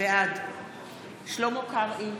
בעד שלמה קרעי,